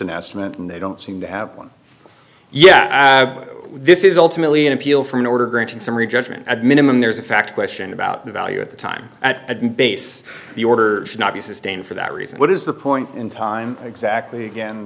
an estimate and they don't seem to have one yeah this is ultimately an appeal from an order granting summary judgment at minimum there's a fact question about the value at the time at base the order should not be sustained for that reason what is the point in time exactly again